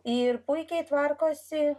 ir puikiai tvarkosi